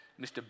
Mr